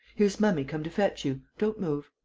here's mummy come to fetch you. don't move.